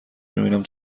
میبینم